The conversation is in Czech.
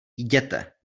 jděte